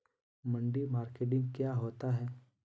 मंडी मार्केटिंग क्या होता है?